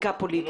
זיקה פוליטית.